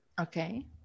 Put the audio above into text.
okay